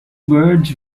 birds